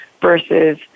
versus